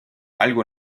algo